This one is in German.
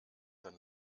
dann